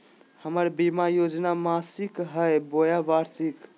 हमर बीमा योजना मासिक हई बोया वार्षिक?